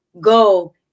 go